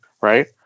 right